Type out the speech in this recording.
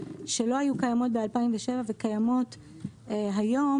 שלא היו קיימות ב-2007 וקיימות היום,